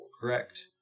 correct